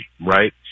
right